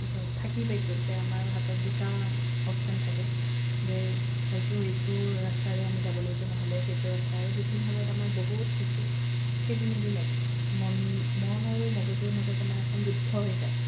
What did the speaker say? থাকি পাইছোঁ যে আমাৰ হাতত দুটা অপশ্যন থাকে যে হয়তো এইটো ৰাস্তাৰে আমি যাব লাগিব নহ'লে সেইটো ৰাস্তা আৰু সেইখিনি সময়ত আমাৰ বহুত বেছি খেলি মেলি লাগে মন মন আৰু মগজুৰ মাজত আমাৰ এখন যুদ্ধ হৈ যায়